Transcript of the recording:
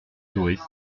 touriste